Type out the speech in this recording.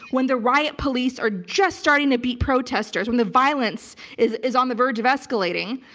when the riot police are just starting to beat protesters, when the violence is is on the verge of escalating.